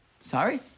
Sorry